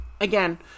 again